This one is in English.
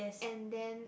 and then